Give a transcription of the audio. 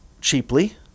cheaply